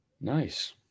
Nice